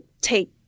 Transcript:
take